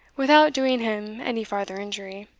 without doing him any farther injury.